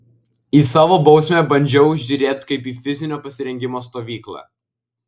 į savo bausmę bandžiau žiūrėti kaip į fizinio pasirengimo stovyklą